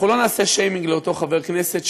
אנחנו לא נעשה שיימינג לאותו חבר כנסת,